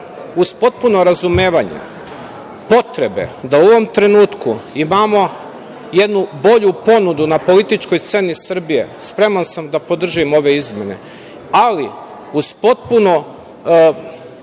uz potpuno razumevanje potrebe da u ovom trenutku imamo jednu bolju ponudu na političkoj sceni Srbije, spreman sam da podržim ove izmene. Ali, uz potpuno primanje